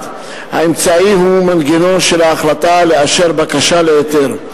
אמצעי אחד הוא מנגנון של ההחלטה לאשר בקשה להיתר.